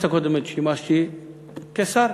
שימשתי כשר.